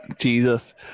Jesus